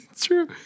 true